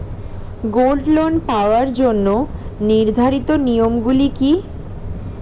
Gold loan পাওয়ার জন্য নির্ধারিত নিয়ম গুলি কি?